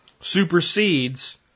supersedes